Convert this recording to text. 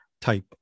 type